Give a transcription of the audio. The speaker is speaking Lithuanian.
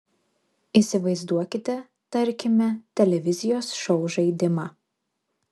įsivaizduokite tarkime televizijos šou žaidimą